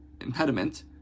impediment